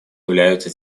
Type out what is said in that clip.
являются